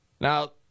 Now